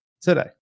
today